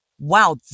wow